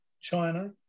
China